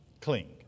Cling